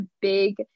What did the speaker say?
big